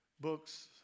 books